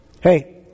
hey